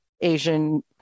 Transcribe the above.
Asian